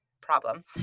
problem